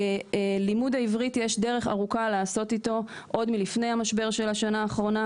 בלימוד העברית יש דרך ארוכה לעשות עוד מלפני המשבר של השנה האחרונה,